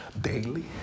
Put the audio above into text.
daily